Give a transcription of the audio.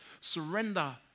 Surrender